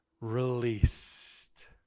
released